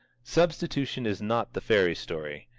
substitution is not the fairy-story.